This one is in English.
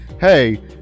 Hey